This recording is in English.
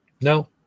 No